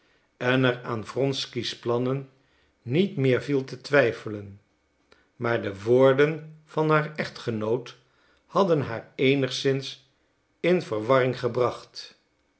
en er aan wronsky's plannen niet meer viel te twijfelen maar de woorden van haar echtgenoot hadden haar eenigszins in verwarring gebracht